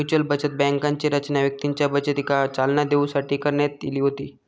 mutual बचत बँकांची रचना व्यक्तींच्या बचतीका चालना देऊसाठी करण्यात इली होती